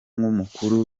nk’umukuru